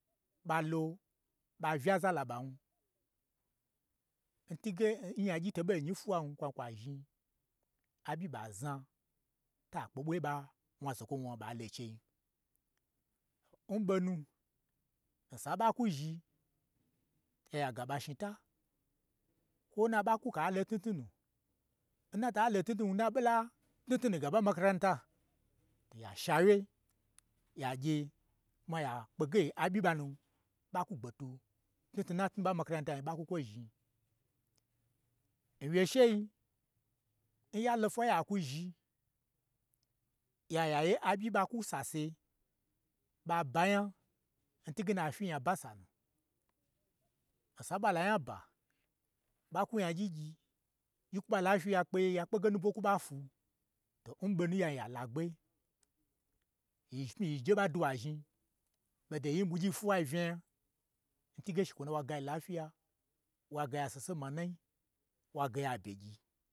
Ɓalo, ɓa uyaza laɓan, n twuge nnyagyi toɓo nyi n fwuwa kwai kwa zhni aɓyi ɓa zna, ta a kpe ɓwaye n ɓa wna zokwo wnawna ɓa lo n chein. N ɓonu, n san ɓa kwu zhi, ye ya ga ɓa shni ta, kwo na ɓa kwu ka a lo tnutnu nu, n na ta lo tnutnun, n na ɓe la tnutnu nu ga ɓa n makaranta, to ya shawye, ya gye kwuma ya kpege aɓyi n ɓanu ɓa kwu gbetwu, tnutnu n na tnu ɓa n makaranta nyi ɓa kwu kwo zhni. N wyeshei, nya lo kwa ya kwu zhi, yan ya ye aɓyi ɓa kwu sase, ɓa banya, domi n twuge na a fyi n nya ba sanu, osa n ɓa la nya ba, ɓa kwu nyagyi gyi, yi kwu ɓa la fyi ya kpeye, ya kpege nu bwo kwu ɓa fwu. To n ɓonu n yai ya lagbe, yi pmyi ye je ɓa dwu wa zhni, ɓodo nyi ɓwugyi pwuwai ɓe unya, n twu ge she kwo nu wa gayi lafyiya, wa ga ya sese manai wa gaya byegyi